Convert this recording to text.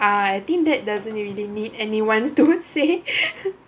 uh I think that doesn't really need anyone to say